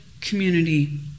community